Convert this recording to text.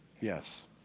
Yes